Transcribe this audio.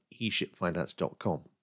eShipFinance.com